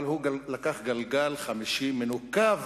אבל הוא גם לקח גלגל חמישי מנוקב